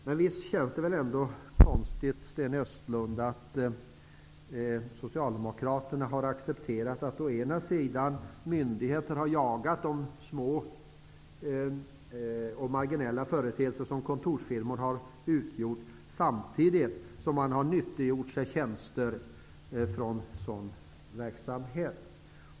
Men visst känns det väl ändå konstigt, Sten Östlund, att Socialdemokraterna har accepterat att myndigheter har jagat de små och marginella företeelser som kontorsfirmor har utgjort, samtidigt som man har nyttiggjort sig tjänster från sådan verksamhet.